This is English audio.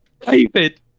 David